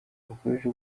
bukabije